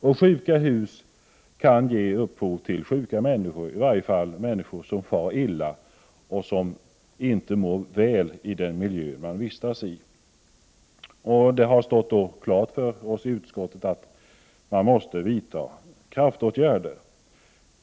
Och sjuka hus kan ge upphov till sjuka människor, i varje fall människor som far illa och som inte mår väl i den miljö de vistas i. Det har stått klart för oss i utskottet att kraftåtgärder måste vidtas.